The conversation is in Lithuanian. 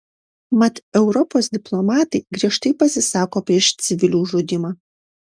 mat europos diplomatai griežtai pasisako prieš civilių žudymą